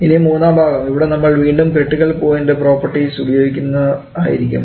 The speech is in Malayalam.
ഇനി മൂന്നാം ഭാഗം ഇവിടെ നമ്മൾ വീണ്ടും ക്രിട്ടിക്കൽ പോയിൻറ് പ്രോപ്പർട്ടീസ് ഉപയോഗിക്കുന്നതായിരിക്കും